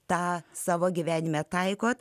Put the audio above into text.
tą savo gyvenime taikote